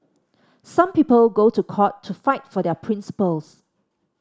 some people go to court to fight for their principles